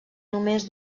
només